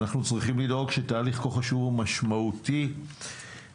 אנחנו צריכים לדאוג שתהליך כה חשוב ומשמעותי זה